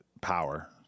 power